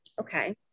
Okay